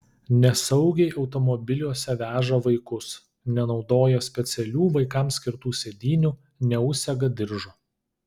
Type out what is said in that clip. nesaugiai automobiliuose veža vaikus nenaudoja specialių vaikams skirtų sėdynių neužsega diržo